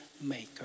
maker